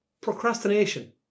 Procrastination